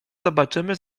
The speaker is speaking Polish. zobaczymy